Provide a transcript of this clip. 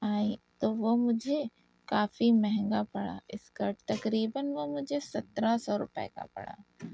آئی تو وہ مجھے کافی مہنگا پڑا اسکرٹ تقریباً وہ مجھے سترا سو روپے کا پڑا